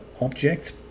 object